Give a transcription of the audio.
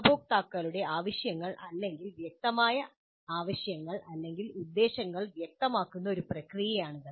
ഉപഭോക്താക്കളുടെ ആവശ്യങ്ങൾ അല്ലെങ്കിൽ വ്യക്തമായ ആവശ്യങ്ങൾ അല്ലെങ്കിൽ ഉദ്ദേശ്യങ്ങൾ വ്യക്തമാക്കുന്ന ഒരു പ്രക്രിയയാണിത്